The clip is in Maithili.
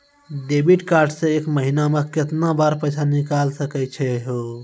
डेबिट कार्ड से एक महीना मा केतना बार पैसा निकल सकै छि हो?